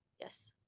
Yes